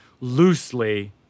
loosely